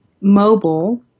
mobile